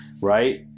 right